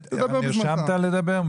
כן, כן, נרשמת לדבר?